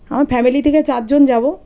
আমার ফ্যামিলি থেকে চারজন যাব